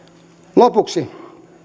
lopuksi